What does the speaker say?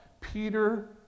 Peter